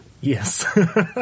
Yes